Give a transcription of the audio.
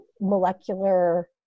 molecular